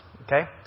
Okay